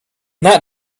that